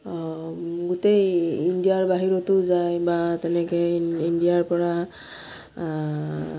গোটেই ইণ্ডিয়াৰ বাহিৰতো যায় বা তেনেকে ইণ্ডিয়াৰ পৰা